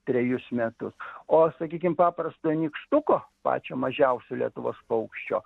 trejus metus o sakykim paprasto nykštuko pačio mažiausio lietuvos paukščio